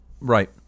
right